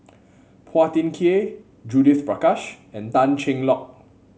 Phua Thin Kiay Judith Prakash and Tan Cheng Lock